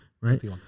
right